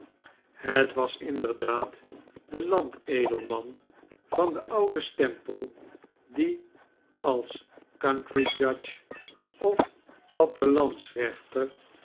het was inderdaad de land edelman van den ouden stempel die als countryjudge of